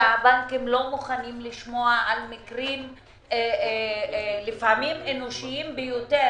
שהבנקים לא מוכנים לשמוע על מקרים לפעמים אנושיים ביותר,